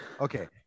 Okay